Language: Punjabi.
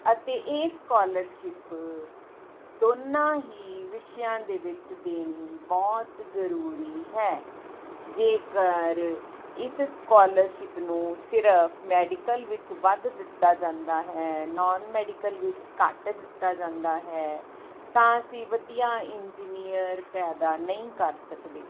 ਅਤੇ ਇਹ ਸਕੋਲਰਸ਼ਿਪ ਦੋਨਾਂ ਹੀ ਵਿਸ਼ਿਆਂ ਦੇ ਵਿੱਚ ਦੇਣੀ ਬਹੁਤ ਜ਼ਰੂਰੀ ਹੈ ਜੇਕਰ ਇਸ ਸਕਾਲਰਸ਼ਿਪ ਨੂੰ ਸਿਰਫ਼ ਮੈਡੀਕਲ ਵਿੱਚ ਵੱਧ ਦਿੱਤਾ ਜਾਂਦਾ ਹੈ ਨਾਨ ਮੈਡੀਕਲ ਵਿੱਚ ਘੱਟ ਦਿੱਤਾ ਜਾਂਦਾ ਹੈ ਤਾਂ ਅਸੀਂ ਵਧੀਆ ਇੰਜੀਨੀਅਰ ਪੈਦਾ ਨਹੀਂ ਕਰ ਸਕਦੇ